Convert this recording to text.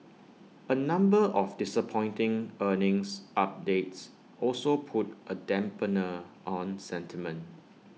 A number of disappointing earnings updates also put A dampener on sentiment